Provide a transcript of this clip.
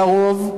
היה רוב,